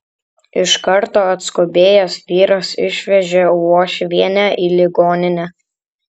iš karto atskubėjęs vyras išvežė uošvienę į ligoninę